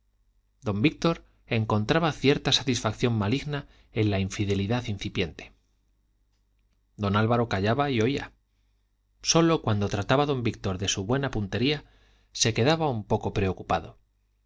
don víctor encontraba cierta satisfacción maligna en la infidelidad incipiente don álvaro callaba y oía sólo cuando trataba don víctor de su buena puntería se quedaba un poco preocupado